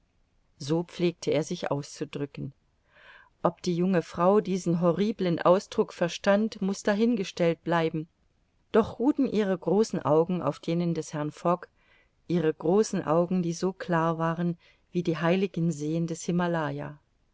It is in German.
so pflegte er sich auszudrücken ob die junge frau diesen horribeln ausdruck verstand muß dahingestellt bleiben doch ruhten ihre großen augen auf denen des herrn fogg ihre großen augen die so klar waren wie die heiligen seen des himalaya